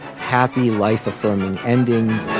happy, life affirming endings.